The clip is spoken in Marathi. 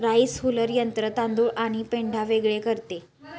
राइस हुलर यंत्र तांदूळ आणि पेंढा वेगळे करते